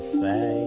say